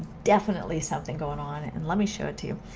definitely something going on! and let me show it to you.